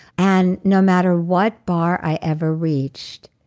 and no matter what bar i ever reached,